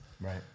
Right